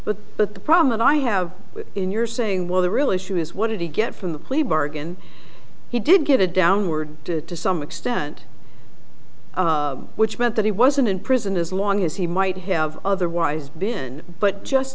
but but the problem that i have in your saying well the real issue is what did he get from the plea bargain he did give a downward to to some extent which meant that he wasn't in prison as long as he might have otherwise been but just